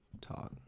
talk